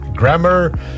grammar